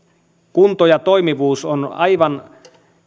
kunto ja toimivuus on on aivan